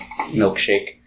milkshake